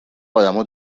ادما